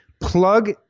plug